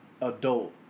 Adult